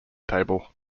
table